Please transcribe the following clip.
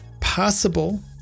possible